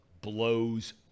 blows